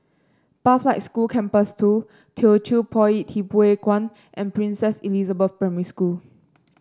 Pathlight School Campus Two Teochew Poit Ip Huay Kuan and Princess Elizabeth Primary School